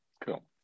cool